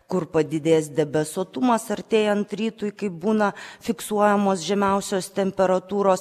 kur padidės debesuotumas artėjant rytui kaip būna fiksuojamos žemiausios temperatūros